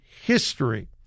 history